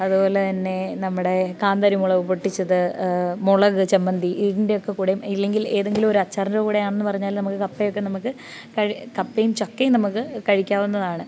അതുപോലെ തന്നെ നമ്മുടെ കാന്താരിമുളക് പൊട്ടിച്ചത് മുളക് ചമ്മന്തി ഇതിൻ്റെയൊക്ക കൂടെയും ഇല്ലെങ്കിൽ ഏതെങ്കിലൊരു അച്ചാറിൻ്റെ കൂടെയാണെന്ന് പറഞ്ഞാലും നമുക്ക് കപ്പയൊക്കെ നമുക്ക് കഴ് കപ്പയും ചക്കയും നമുക്ക് കഴിക്കാവുന്നതാണ്